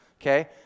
okay